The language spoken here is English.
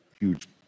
huge